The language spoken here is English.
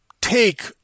take